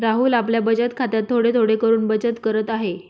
राहुल आपल्या बचत खात्यात थोडे थोडे करून बचत करत आहे